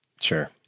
Sure